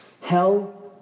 Hell